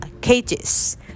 cages